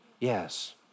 Yes